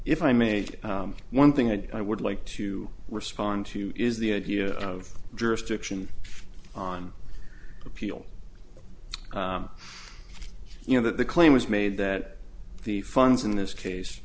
if i made one thing that i would like to respond to is the idea of jurisdiction on appeal you know that the claim was made that the funds in this case